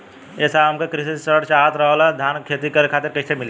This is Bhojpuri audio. ए साहब हमके कृषि ऋण चाहत रहल ह धान क खेती करे खातिर कईसे मीली?